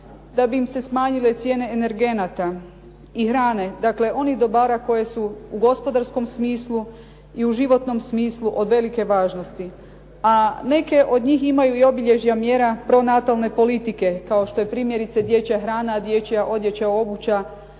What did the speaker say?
da bi im se smanjile cijene energenata i hrane, dakle, onih dobara koje su u gospodarskom smislu i u životnom smislu od velike važnosti. A neke od njih imaju i obilježja mjera pronatalne politike, kao što je primjerice dječja hrana, dječja odjeća, obuća,